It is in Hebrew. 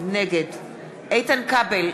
נגד איתן כבל,